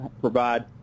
provide –